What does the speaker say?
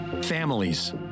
Families